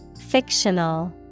Fictional